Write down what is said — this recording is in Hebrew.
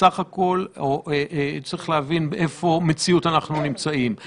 אנחנו רואים שהחלק הארי של החולים החדשים כלל לא מגיע